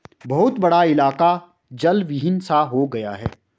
बहुत बड़ा इलाका जलविहीन सा हो गया है